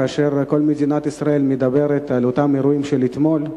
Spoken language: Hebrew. כאשר כל מדינת ישראל מדברת על אותם אירועים של אתמול,